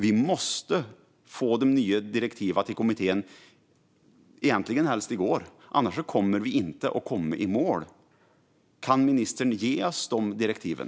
Vi måste få de nya direktiven till kommittén, egentligen helst i går, annars kommer vi inte att komma i mål. Kan ministern ge oss de direktiven?